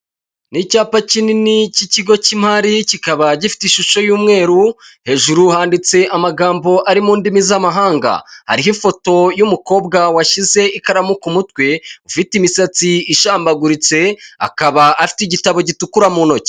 Ni icyapa kinini k'ikigo k'imari, kikaba gifite ishusho y'umweru, hejuru handitse amagambo ari mu ndimi z'amahanga, hariho ifoto y'umukobwa washyize ikaramu ku mutwe, ufite imisatsi ishambaguritse akaba afite igitabo gitukura mu ntoki.